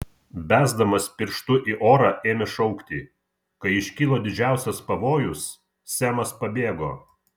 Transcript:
besdamas pirštu į orą ėmė šaukti kai iškilo didžiausias pavojus semas pabėgo